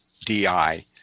DI